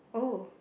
oh